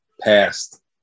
past